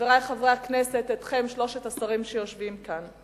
חברי חברי הכנסת, אתכם, שלושת השרים שיושבים כאן,